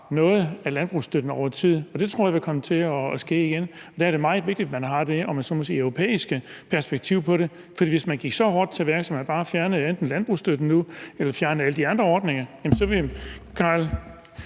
noget af landbrugsstøtten over tid, og det tror jeg vil komme til at ske igen. Og der er det meget vigtigt, at man har det europæiske perspektiv, om jeg så må sige, på det, for hvis man gik så hårdt til værks, at man bare fjernede enten landbrugsstøtten nu eller fjernede alle de andre ordninger, ville hr.